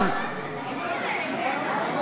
אני נוכחת.